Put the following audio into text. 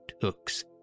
hooks